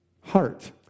heart